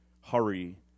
hurry